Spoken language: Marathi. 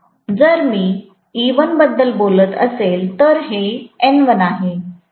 जर मी E1 बद्दल बोलत असेल तर हे N1 आहे